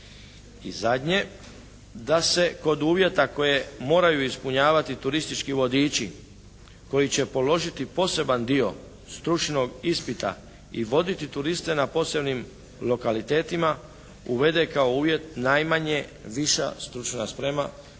I zadnje. Da se kod uvjeta koje moraju ispunjavati turistički vodiči koji će položiti poseban dio stručnog ispita i voditi turiste na posebnim lokalitetima uvede kao uvjet najmanje viša stručna sprema,